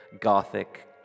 gothic